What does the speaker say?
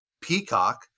Peacock